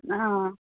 آ